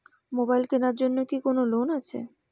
Mobile কেনার জন্য কি কোন লোন আছে?